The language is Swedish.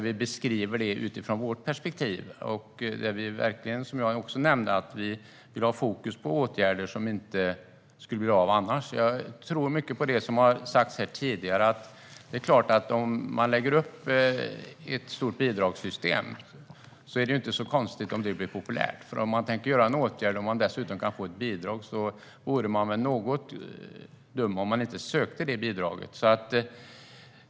Vi beskriver det utifrån vårt perspektiv och vill lägga fokus på åtgärder som annars inte skulle bli av. Jag tror mycket på det som sagts tidigare; det är klart att om man lägger upp ett stort bidragssystem är det inte konstigt att det blir populärt. Om någon har tänkt att vidta en åtgärd och dessutom kan få bidrag vore det väl dumt att inte söka det bidraget.